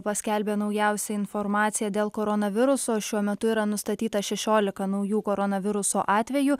paskelbė naujausią informaciją dėl koronaviruso šiuo metu yra nustatyta šešiolika naujų koronaviruso atvejų